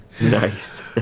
nice